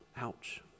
Ouch